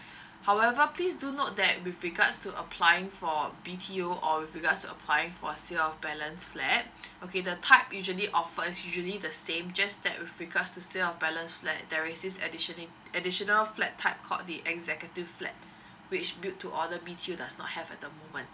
however please do note that with regards to applying for B_T_O or with regards to applying for sale of balance flat okay the type usually offered is usually the same just that with regards to sale of balance flat there is this additionally additional flat type called the executive flat which build to order B_T_O does not have at the moment